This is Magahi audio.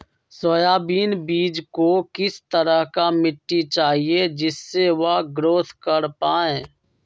सोयाबीन बीज को किस तरह का मिट्टी चाहिए जिससे वह ग्रोथ कर पाए?